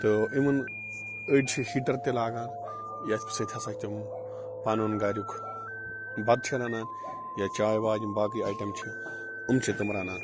تہٕ اِوٕن أڑۍ چھِ ہیٖٹر تہِ لگان یَتھ سۭتۍ ہَسا تِم پنُن گَریُک بتہٕ چھِ رَنان یا چاے واے یِم باقٕے ایٹم چھِ یِم چھِ تِم رَنان